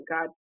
God